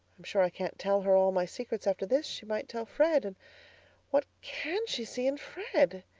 i'm sure i can't tell her all my secrets after this. she might tell fred. and what can she see in fred?